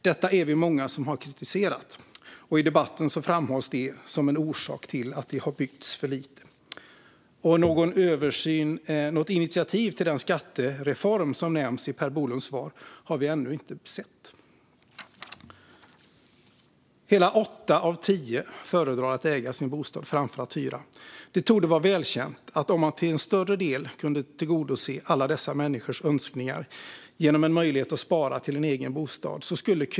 Detta är vi många som har kritiserat, och i debatten framhålls det som en orsak till att det har byggts för lite. Något initiativ till den skattereform som nämns i Per Bolunds svar har vi ännu inte sett. Hela åtta av tio föredrar att äga sin bostad framför att hyra. Det torde vara välkänt att köerna till hyresmarknaden skulle kortas rejält om man till större del kunde tillgodose alla dessa människors önskningar genom en möjlighet att spara till en egen bostad.